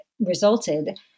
resulted